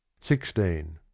sixteen